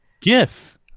GIF